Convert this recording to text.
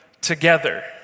together